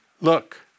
look